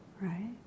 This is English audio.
right